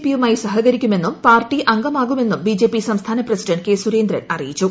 പിയുമായി സഹകരിക്കുമെന്നും പാർട്ടി അംഗമാകുമെന്നും ബിജെപി സംസ്ഥാന പ്രസിഡന്റ് കെ സുരേന്ദ്രൻ പറഞ്ഞു